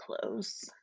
close